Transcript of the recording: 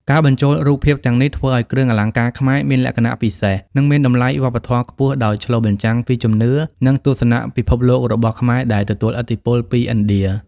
ការបញ្ចូលរូបភាពទាំងនេះ ធ្វើឱ្យគ្រឿងអលង្ការខ្មែរមានលក្ខណៈពិសេស និងមានតម្លៃវប្បធម៌ខ្ពស់ ដោយឆ្លុះបញ្ចាំងពីជំនឿ និងទស្សនៈពិភពលោករបស់ខ្មែរដែលទទួលឥទ្ធិពលពីឥណ្ឌា។